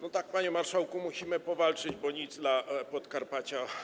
No tak, panie marszałku, musimy powalczyć, bo nic dla Podkarpacia.